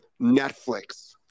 Netflix